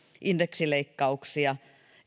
indeksileikkauksia